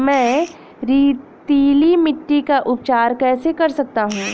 मैं रेतीली मिट्टी का उपचार कैसे कर सकता हूँ?